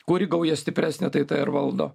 kuri gauja stipresnė tai ir valdo